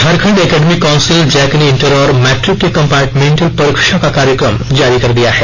Jharkhand academic council JAC ने inter और matric के कंपार्टमेंटल परीक्षा का कार्यक्रम जारी कर दिया है